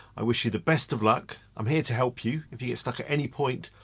i wish you the best of luck. i'm here to help you. if you you stuck at any point,